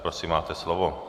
Prosím, máte slovo.